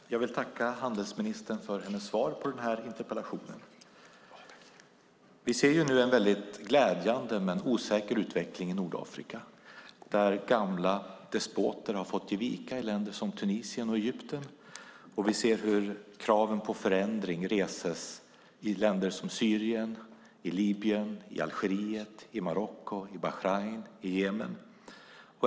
Herr talman! Jag vill tacka handelsministern för hennes svar på interpellationen. Vi ser nu en glädjande men osäker utveckling i Nordafrika där gamla despoter har fått ge vika i länder som Tunisien och Egypten. Vi ser hur kraven på förändring reses i länder som Syrien, Libyen, Algeriet, Marocko, Bahrain och Jemen.